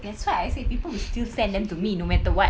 that's why I say people will still send them to me no matter [what]